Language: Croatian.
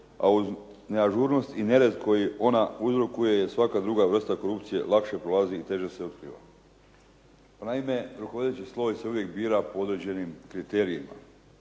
a uz neažurnost i nered koji ona uzrokuje svaka druga vrsta korupcije lakše prolazi i teže se otkriva. Naime, rukovodeći sloj se uvijek bira po određenim kriterijima.